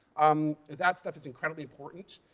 um that stuff is incredibly important.